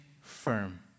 firm